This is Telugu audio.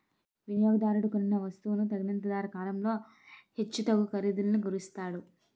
వినియోగదారుడు కొనిన వస్తువును తదనంతర కాలంలో హెచ్చుతగ్గు ఖరీదులను గుర్తిస్తాడు